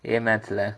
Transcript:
A mathematics leh